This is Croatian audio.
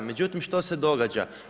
Međutim što se događa?